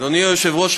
אדוני היושב-ראש,